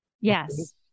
Yes